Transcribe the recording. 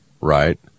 right